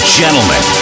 gentlemen